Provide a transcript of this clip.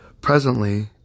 Presently